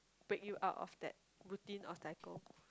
break you out of that routine of cycle